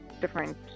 different